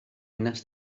wnest